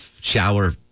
shower